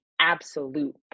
absolute